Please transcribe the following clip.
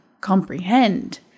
comprehend